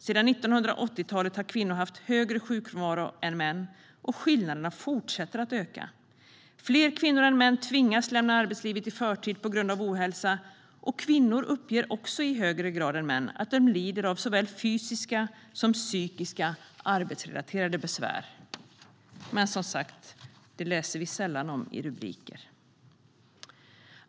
Sedan 1980-talet har kvinnor haft högre sjukfrånvaro än män, och skillnaderna fortsätter att öka. Fler kvinnor än män tvingas lämna arbetslivet i förtid på grund av ohälsa. Kvinnor uppger också i högre grad än män att de lider av såväl fysiska som psykiska arbetsrelaterade besvär. Men som sagt ser vi sällan rubriker om detta.